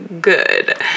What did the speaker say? good